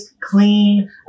clean